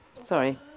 sorry